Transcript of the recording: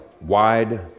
wide